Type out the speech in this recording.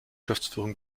geschäftsführung